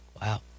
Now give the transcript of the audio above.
Wow